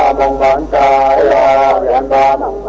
and la and la la la la